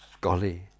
golly